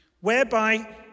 whereby